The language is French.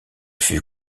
fut